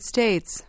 States